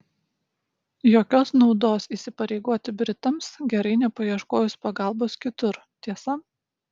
jokios naudos įsipareigoti britams gerai nepaieškojus pagalbos kitur tiesa